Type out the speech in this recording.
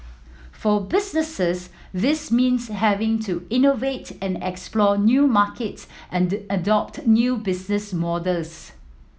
for businesses this means having to innovate and explore new markets and adopt new business models